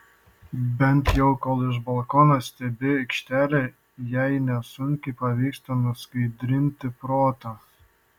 bent jau kol iš balkono stebi aikštelę jai nesunkiai pavyksta nuskaidrinti protą